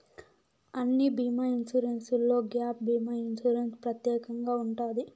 అన్ని బీమా ఇన్సూరెన్స్లో గ్యాప్ భీమా ఇన్సూరెన్స్ ప్రత్యేకంగా ఉంటది